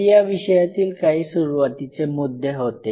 हे या विषयातील काही सुरुवातीचे मुद्दे होते